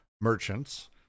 merchants